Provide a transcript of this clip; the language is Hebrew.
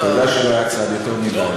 אתה יודע שלא היה צעד אחד יותר מדי.